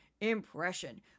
impression